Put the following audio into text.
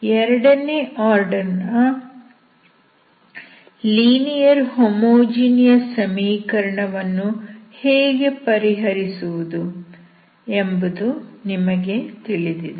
ಎರಡನೇ ಆರ್ಡರ್ ನ linear homogeneous ಸಮೀಕರಣವನ್ನು ಹೇಗೆ ಪರಿಹರಿಸುವುದು ಎಂಬುದು ನಿಮಗೆ ಗೊತ್ತಿದೆ